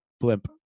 blimp